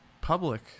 public